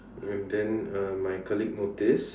and then uh my colleague noticed